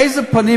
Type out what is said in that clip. איזה פנים,